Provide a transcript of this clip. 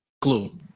clue